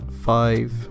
five